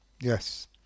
Yes